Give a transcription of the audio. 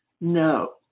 no